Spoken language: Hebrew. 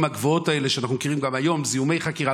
הגבוהות האלה שאנחנו מכירים היום: זיהומי חקירה,